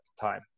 time